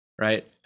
Right